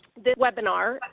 this webinar,